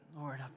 Lord